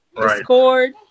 discord